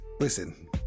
Listen